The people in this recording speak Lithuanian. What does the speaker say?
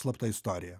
slapta istorija